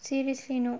seriously no